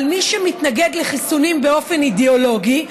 מי שמתנגד לחיסונים באופן אידיאולוגי,